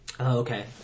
Okay